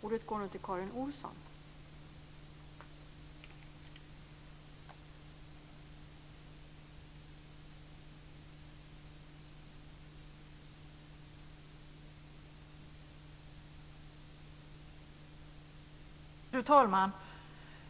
Fru talman!